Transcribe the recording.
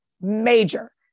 major